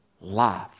life